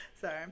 Sorry